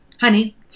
honey